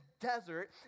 desert